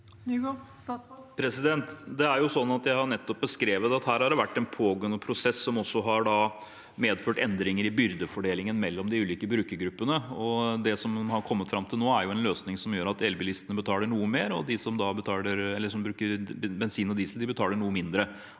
høyt? Statsråd Jon-Ivar Nygård Jeg har nett- opp beskrevet at her har det vært en pågående prosess som har medført endringer i byrdefordelingen mellom de ulike brukergruppene. Det man har kommet fram til nå, er en løsning som gjør at elbilistene betaler noe mer, og de som bruker bensin- og dieselbiler, betaler noe mindre